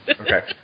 Okay